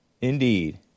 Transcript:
Indeed